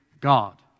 God